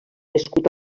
escut